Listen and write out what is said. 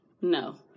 no